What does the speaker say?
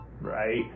right